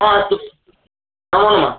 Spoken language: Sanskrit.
हा अस्तु हा नाम